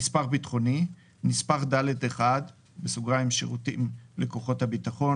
"נספח ביטחוני" נספח ד1 (שירותים לכוחות הביטחון)